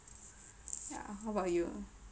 ya how about you